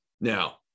Now